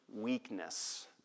weakness